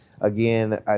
again